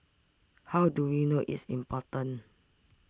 how do we know it's important